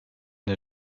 der